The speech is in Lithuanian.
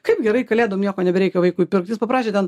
kaip gerai kalėdom nieko nebereikia vaikui pirkt jis paprašė ten